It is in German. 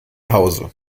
hause